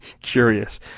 curious